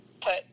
put